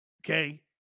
Okay